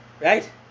right